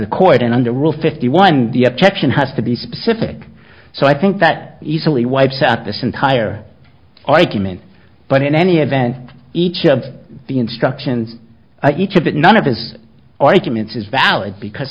the court and under rule fifty one the objection has to be specific so i think that easily wipes out this entire argument but in any event each of the instructions each of it none of this arguments is valid because